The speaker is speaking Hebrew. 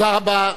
תודה רבה.